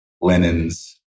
linens